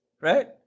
right